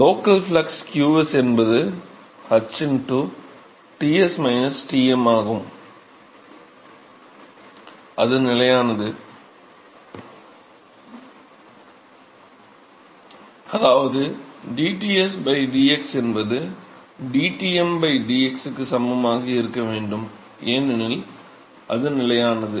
local flux qs என்பது h Ts Tm ஆகும் அது நிலையானது அதாவது dTs dx என்பது dTm dx க்கு சமமாக இருக்க வேண்டும் ஏனெனில் அது நிலையானது